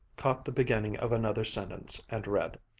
caught the beginning of another sentence, and read